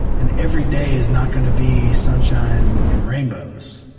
and every day is not going to be sunshine and rainbows.